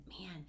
man